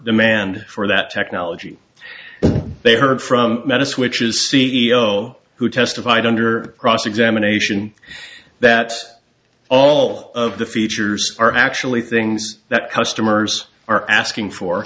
demand for that technology they heard from medicine which is c e o who testified under cross examination that all of the features are actually things that customers are asking for